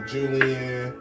Julian